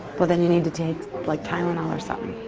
but then you need to take like tylenol or something.